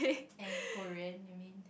and Korean you mean